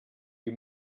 you